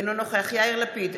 אינו נוכח יאיר לפיד,